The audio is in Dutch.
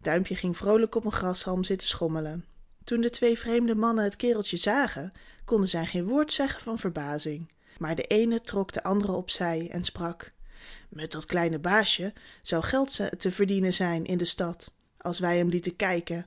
duimpje ging vroolijk op een grashalm zitten schommelen toen de twee vreemde mannen het kereltje zagen konden zij geen woord zeggen van verbazing maar de eene trok den anderen op zij en sprak met dat kleine baasje zou geld te verdienen zijn in de stad als wij hem lieten kijken